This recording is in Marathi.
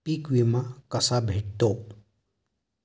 पीक विमा कसा भेटतो?